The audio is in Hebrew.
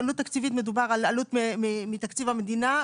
עלות תקציבית מדובר על עלות מתקציב המדינה.